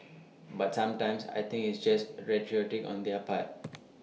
but sometimes I think it's just rhetoric on their part